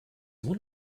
one